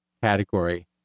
category